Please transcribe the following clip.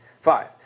Five